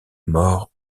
mort